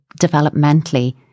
developmentally